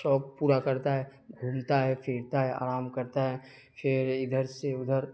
شوق پورا کرتا ہے گھومتا ہے پھرتا ہے آرام کرتا ہے پھر ادھر سے ادھر